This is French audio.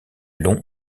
long